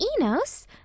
Enos